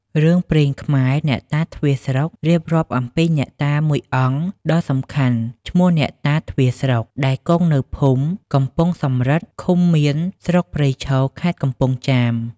រឿងព្រេងខ្មែរ "អ្នកតាទ្វារស្រុក" រៀបរាប់អំពីអ្នកតាមួយអង្គដ៏សំខាន់ឈ្មោះអ្នកតា "ទ្វារស្រុក" ដែលគង់នៅភូមិកំពង់សំរឹទ្ធិ ឃុំមៀន ស្រុកព្រៃឈរ ខេត្តកំពង់ចាម ។